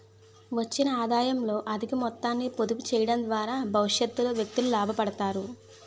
వచ్చిన ఆదాయంలో అధిక మొత్తాన్ని పొదుపు చేయడం ద్వారా భవిష్యత్తులో వ్యక్తులు లాభపడతారు